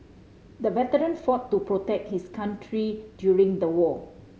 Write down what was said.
the veteran fought to protect his country during the war